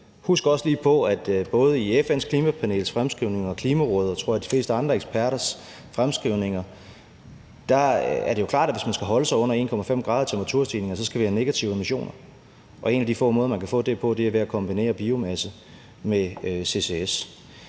forhold til både FN's klimapanels, Klimarådets og, tror jeg, de fleste andre eksperters fremskrivninger er det jo klart, at hvis man skal holde sig under 1,5 grader i temperaturstigninger, skal vi have negative emissioner. Og en af de få måder, man kan få det på, er ved at kombinere biomasse med CCS.